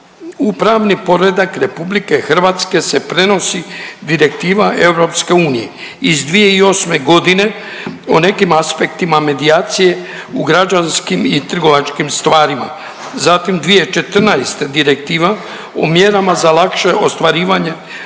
pravni poredak Republike Hrvatske se prenosi Direktiva EU iz 2008. godine o nekim aspektima medijacije u građanskim i trgovačkim stvarima. Zatim 2014. direktiva u mjerama za lakše ostvarivanje